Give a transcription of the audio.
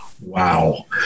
Wow